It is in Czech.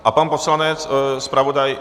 A pan poslanec zpravodaj?